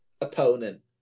opponent